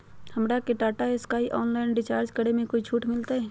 हमरा के Tata Sky online recharge करे में कोई छूट मिलतई